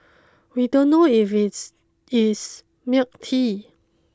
we don't know if it's is milk tea